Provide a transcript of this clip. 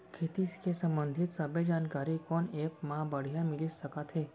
खेती के संबंधित सब्बे जानकारी कोन एप मा बढ़िया मिलिस सकत हे?